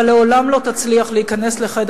אבל לעולם לא תצליח להיכנס לחדר